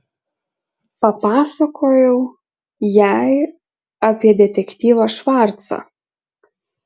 papasakojau jai apie detektyvą švarcą